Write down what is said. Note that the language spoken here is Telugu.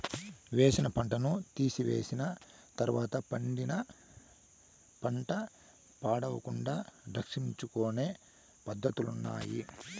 వేసిన పంటను తీసివేసిన తర్వాత పండిన పంట పాడవకుండా సంరక్షించుకొనే పద్ధతులున్నాయి